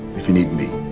if you need me